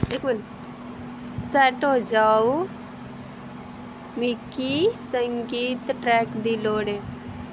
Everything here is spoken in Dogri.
सैट्ट होई जाओ मिगी संगीत ट्रैक दी लोड़ ऐ